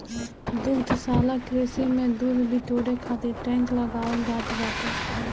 दुग्धशाला कृषि में दूध बिटोरे खातिर टैंक लगावल जात बाटे